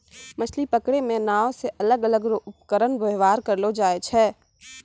मछली पकड़ै मे नांव से अलग अलग रो उपकरण वेवहार करलो जाय छै